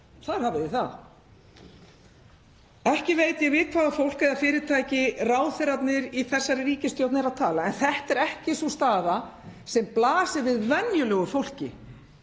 Þar hafið þið það. Ekki veit ég við hvaða fólk eða fyrirtæki ráðherrarnir í þessari ríkisstjórn eru að tala. En þetta er ekki sú staða sem blasir við venjulegu fólki